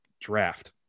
draft